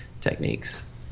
techniques